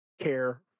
care